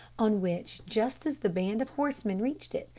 on which, just as the band of horsemen reached it,